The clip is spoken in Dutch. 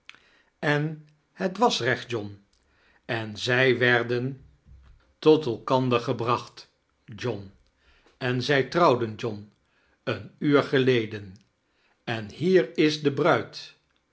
en het was recht john en zij w'erdeii tot elkander gebracht john en zij trouwden john een uur geleden en hier is de bruid